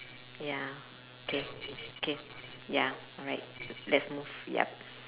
ya K K ya alright let's move yup